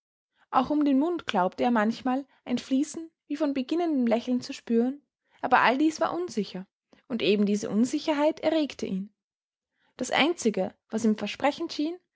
auch um den mund glaubte er manchmal ein fließen wie von beginnendem lächeln zu spüren aber all dies war unsicher und eben diese unsicherheit erregte ihn das einzige was ihm versprechend schien